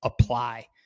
apply